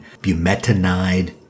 Bumetanide